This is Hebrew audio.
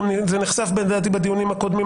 גם זה נחשף לדעתי בדיונים הקודמים,